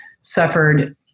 suffered